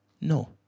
No